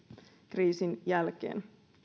kriisin jälkeen